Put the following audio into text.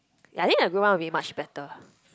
yea I think everyone be much better lah